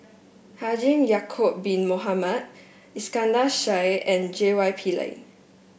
Haji Ya'acob Bin Mohamed Iskandar Shah and J Y Pillay